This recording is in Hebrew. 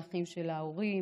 האחים של ההורים,